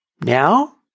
now